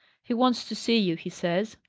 he wants to see you, he says.